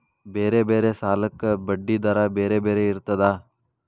ಬೇರೆ ಬೇರೆ ಸಾಲಕ್ಕ ಬಡ್ಡಿ ದರಾ ಬೇರೆ ಬೇರೆ ಇರ್ತದಾ?